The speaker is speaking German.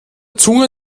zunge